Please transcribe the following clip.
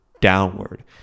downward